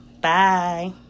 Bye